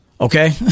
Okay